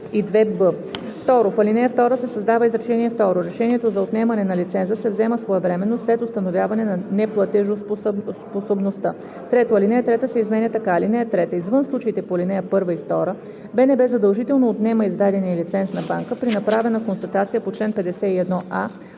2. В ал. 2 се създава изречение второ: „Решението за отнемане на лиценза се взема своевременно след установяване на неплатежоспособността“. 3. Алинея 3 се изменя така: „(3) Извън случаите по ал. 1 и 2 БНБ задължително отнема издадения лиценз на банка при направена констатация по чл. 51а